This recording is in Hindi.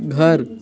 घर